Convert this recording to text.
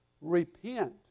repent